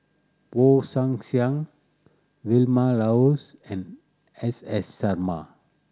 Woon Siang Vilma Laus and S S Sarma